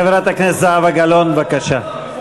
חברת הכנסת זהבה גלאון, בבקשה.